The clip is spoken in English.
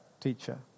teacher